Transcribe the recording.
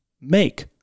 make